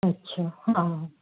अछा हा